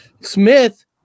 Smith